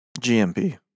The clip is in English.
GMP